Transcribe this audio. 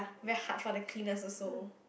very hard for the cleaners also